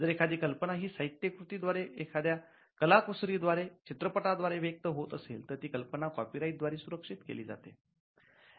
जर एखादी कल्पना ही साहित्य कृती द्वारे एखाद्या कला कुसरी द्वारे चित्रपटाद्वारे व्यक्त होत असेल तर ती कल्पना कॉपीराईट द्वारे सुरक्षित केली जाते